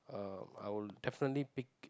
uh I will definitely pick